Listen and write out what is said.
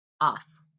off